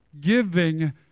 giving